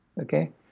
Okay